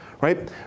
Right